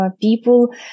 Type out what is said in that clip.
people